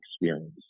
experience